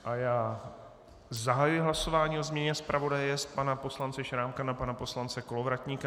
Já zahajuji hlasování o změně zpravodaje z pana poslance Šrámka na pana poslance Kolovratníka.